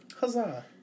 Huzzah